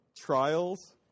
Trials